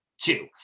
two